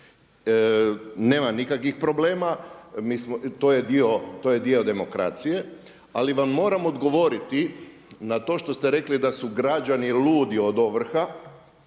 nemam nikakvih problema to je dio demokracije. Ali vam moram odgovoriti na to što ste rekli da su građani ludi od ovrha.